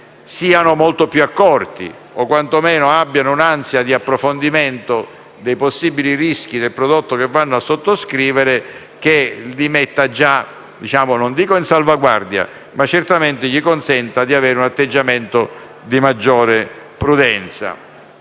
siano molto più accorti o, quantomeno, abbiano un'ansia di approfondimento dei possibili rischi del prodotto che vanno a sottoscrivere, che non rappresenta già una salvaguardia, ma che certamente consente loro un atteggiamento di maggiore prudenza.